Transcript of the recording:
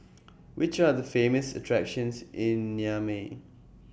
Which Are The Famous attractions in Niamey